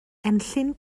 enllyn